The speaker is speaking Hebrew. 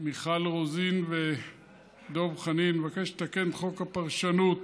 מיכל רוזין ודב חנין, מבקשת לתקן את חוק הפרשנות,